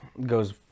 goes